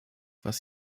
was